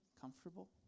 comfortable